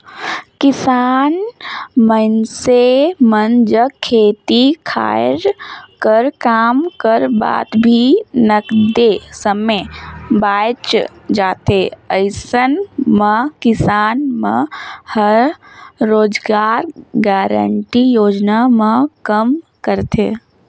किसान मइनसे मन जग खेती खायर कर काम कर बाद भी नगदे समे बाएच जाथे अइसन म किसान मन ह रोजगार गांरटी योजना म काम करथे